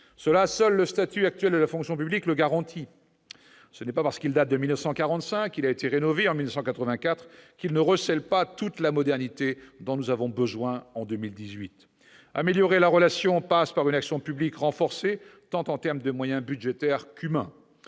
Cela, seul le statut actuel de la fonction publique le garantit. Ce n'est pas parce qu'il date de 1945 et qu'il a été rénové en 1984 qu'il ne recèle pas toute la modernité dont nous avons besoin en 2018 ! Améliorer la relation passe par une action publique renforcée sur le plan des moyens budgétaires autant qu'humains.